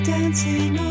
Dancing